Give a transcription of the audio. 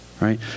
right